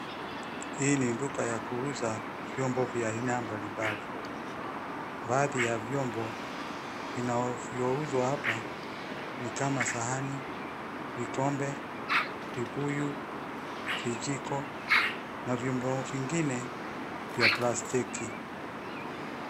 Hii ni duka ya kuuza vyombo vya aina mbalimbali. Baadhi ya vyombo vinavyouzwa hapa ni kama sahani, vikombe, vibuyu, vijiko na vyombo vingine vya plastiki.